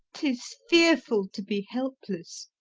tis fearful to be helpless.